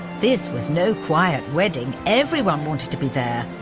this was no quiet wedding. everyone wanted to be there!